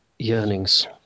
Yearnings